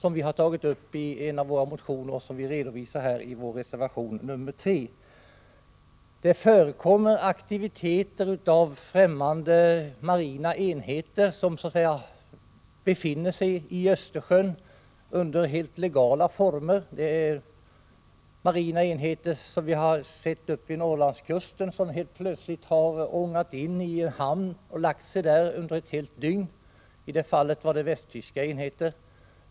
Detta har vi tagit uppi en av våra motioner och redovisat i reservation 4. Det förekommer aktiviteter av främmande marina enheter, som befinner sig i Östersjön under helt legala former. Det är marina enheter som vi sett uppe på Norrlandskusten och som helt plötsligt ångat in i en hamn och lagt sig där under ett helt dygn. I det fallet var det västtyska enheter.